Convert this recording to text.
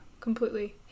completely